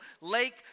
lake